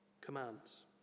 commands